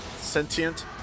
sentient